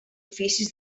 oficis